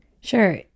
Sure